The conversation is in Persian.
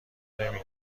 نمی